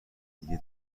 دیگه